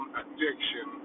addiction